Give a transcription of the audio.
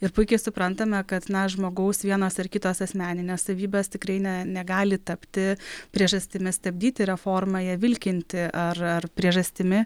ir puikiai suprantame kad na žmogaus vienos ar kitos asmeninės savybės tikrai ne negali tapti priežastimi stabdyti reformą ją vilkinti ar ar priežastimi